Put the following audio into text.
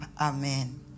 Amen